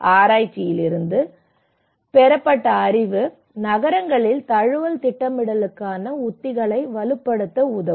ஆராய்ச்சியில் இருந்து பெறப்பட்ட அறிவு நகரங்களில் தழுவல் திட்டமிடலுக்கான உத்திகளை வலுப்படுத்த உதவும்